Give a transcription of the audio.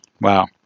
Wow